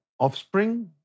Offspring